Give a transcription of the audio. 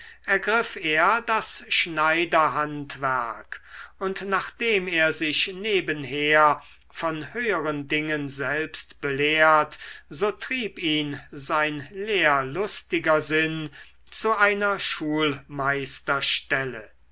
ergriff er das schneiderhandwerk und nachdem er sich nebenher von höheren dingen selbst belehrt so trieb ihn sein lehrlustiger sinn zu einer